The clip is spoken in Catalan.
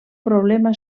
problema